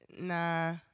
Nah